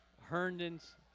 Herndon's